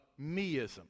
meism